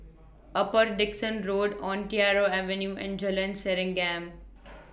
Upper Dickson Road Ontario Avenue and Jalan Serengam